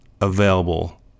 available